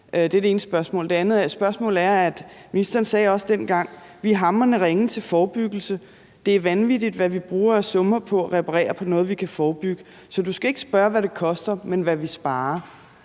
handler om, at ministeren dengang også sagde, at vi er hamrende ringe til at lave forebyggelse, og at det er vanvittigt, hvad vi bruger af summer på noget, vi kunne forebygge, så man skal ikke spørge, hvad det koster, men om, hvad vi sparer.